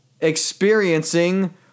experiencing